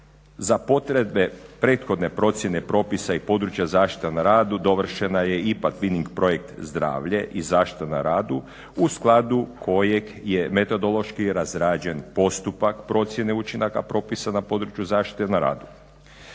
za potrebe prethodne procjene propisa i područja zaštite na radu dovršena je … projekt zdravlje i zaštita na radu u skladu kojeg je metodološki razrađen postupak procjene učinaka propisana na području zaštite na radu.